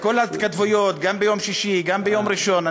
כל ההתכתבויות, גם ביום שישי, גם ביום ראשון.